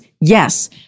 Yes